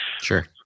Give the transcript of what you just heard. Sure